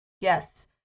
Yes